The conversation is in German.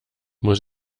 muss